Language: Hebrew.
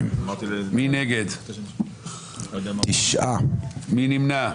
9 נגד, 1 נמנע.